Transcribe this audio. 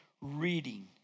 reading